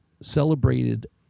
celebrated